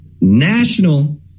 national